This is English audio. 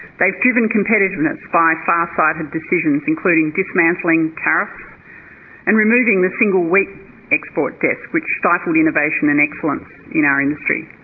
they've driven competitiveness by farsighted decisions including dismantling tariffs and removing the single wheat export desk which stifled innovation and excellence in our industry.